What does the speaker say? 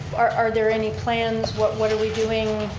are are there any plans? what what are we doing?